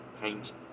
paint